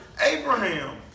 Abraham